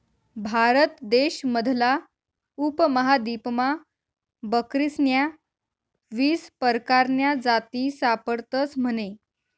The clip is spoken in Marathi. भारत देश मधला उपमहादीपमा बकरीस्न्या वीस परकारन्या जाती सापडतस म्हने